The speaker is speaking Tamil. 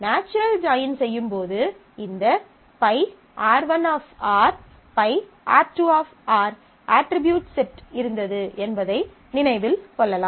நாச்சுரல் ஜாயின் செய்யும் போது இந்த ΠR1 ΠR2 அட்ரிபியூட்ஸ் செட் இருந்தது என்பதை நினைவில் கொள்ளலாம்